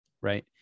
right